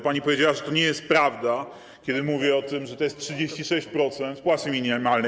Pani powiedziała, że to nie jest prawda, kiedy mówię o tym, że to jest 36% płacy minimalnej.